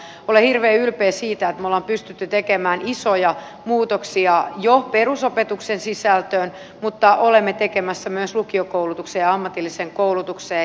olen hirveän ylpeä siitä että me olemme pystyneet tekemään isoja muutoksia jo perusopetuksen sisältöön mutta olemme tekemässä niitä myös lukiokoulutukseen ja ammatilliseen koulutukseen